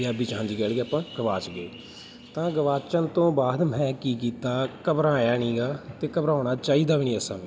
ਪੰਜਾਬੀ 'ਚ ਹਾਂਜੀ ਕਹਿ ਲਈਏ ਆਪਾਂ ਗੁਆਚ ਗਏ ਤਾਂ ਗੁਆਚਣ ਤੋਂ ਬਾਅਦ ਮੈਂ ਕੀ ਕੀਤਾ ਘਬਰਾਇਆ ਨਹੀਂ ਗਾ ਅਤੇ ਘਬਰਾਉਣਾ ਚਾਹੀਦਾ ਵੀ ਨਹੀਂ ਅਸਾਂ ਨੂੰ